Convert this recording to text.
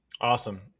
Awesome